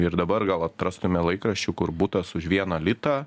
ir dabar gal atrastume laikraščių kur butas už vieną litą